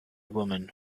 women